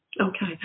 Okay